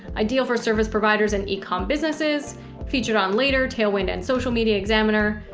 ideal for service providers and e-comm businesses featured on later tailwind and social media examiner,